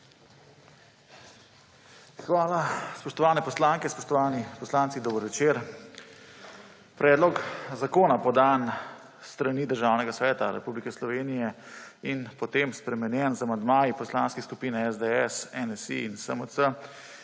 Hvala. Spoštovane poslanke, spoštovani poslanci, dober večer! Predlog zakona, podan s strani Državnega sveta Republike Slovenije in potem spremenjen z amandmaji poslanskih skupin SDS, NSi in SMC,